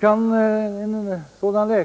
i abortingrepp.